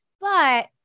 But-